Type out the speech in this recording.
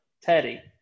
Teddy